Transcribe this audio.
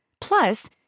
plus